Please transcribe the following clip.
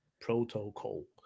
Protocol